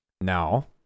Now